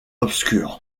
obscures